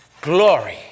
glory